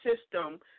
system